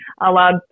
allowed